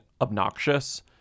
obnoxious